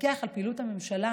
לפקח על פעילות הממשלה